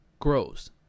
grows